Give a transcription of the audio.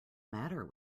matter